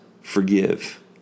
forgive